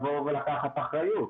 לקחת אחריות.